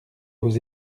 aux